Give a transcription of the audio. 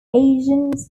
agents